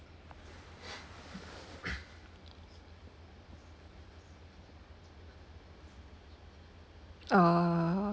oh